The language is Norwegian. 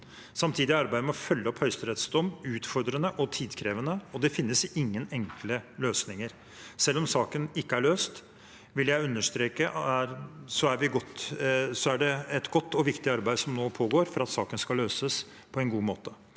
Samtidig er arbeidet med å følge opp Høyesteretts dom utfordrende og tidkrevende, og det finnes ingen enkle løsninger. Selv om saken ikke er løst, vil jeg understreke at det er et godt og viktig arbeid som nå pågår for at saken skal løses på en god måte.